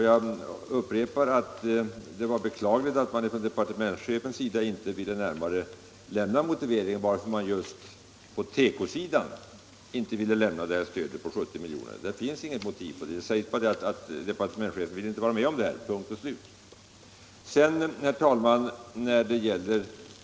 Jag upprepar att det är beklagligt att departementschefen inte lämnade någon motivering till att man just på tekosidan inte vill ge detta stöd på 70 milj.kr. Det finns inget motiv. Det sägs bara att departementschefen inte vill vara med om detta.